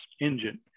engine